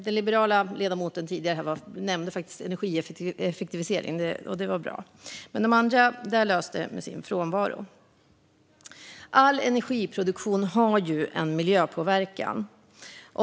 Den liberala ledamoten nämnde energieffektivisering, vilket var bra, men detta lös med sin frånvaro hos de andra. All energiproduktion har en miljöpåverkan.